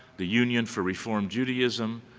the union for reformed judaism,